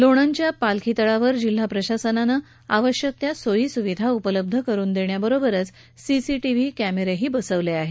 लोणद श्रील्या पालखी तळावर जिल्हा प्रशासनानं आवश्यक त्या सोईसुविधा उपलब्ध करुन देण्याबरोबरच सीसीटीव्ही कॅमेरेही बसवण्यात आले आहेत